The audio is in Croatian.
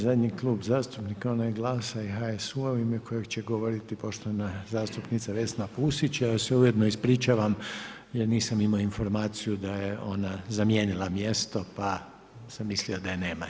I zadnji klub zastupnika je onaj GLAS-a i HSU-au ime kojega će govoriti poštovana zastupnica Vesna Pusić, ja joj se ujedno ispričavam jer nisam imao informaciju da je ona zamijenila mjesto pa sam mislio da je nema.